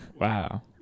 Wow